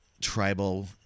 tribal